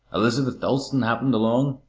elizabeth dalstan happened along,